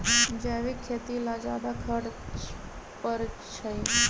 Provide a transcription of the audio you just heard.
जैविक खेती ला ज्यादा खर्च पड़छई?